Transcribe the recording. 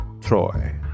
Troy